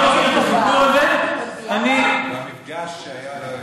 אמרו להם לשים אותם בצד, הרב אייכלר,